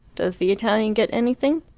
does the italian get anything?